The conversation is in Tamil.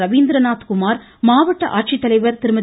ரவீந்திரநாத் குமார் மாவட்ட ஆட்சித்தலைவர் திருமதி